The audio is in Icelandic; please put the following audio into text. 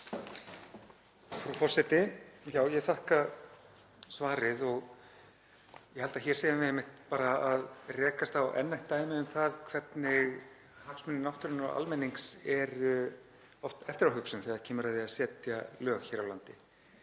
Frú forseti. Ég þakka svarið og ég held að hér séum við bara að rekast á enn eitt dæmið um það hvernig hagsmunir náttúrunnar og almennings eru oft eftiráhugsun þegar kemur að því að setja lög hér á landi.